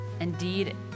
indeed